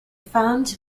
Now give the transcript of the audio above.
found